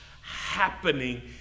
happening